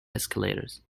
escalators